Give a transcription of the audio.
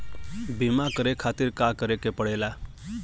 बीमा करे खातिर का करे के पड़ेला?